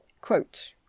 Quote